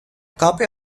copy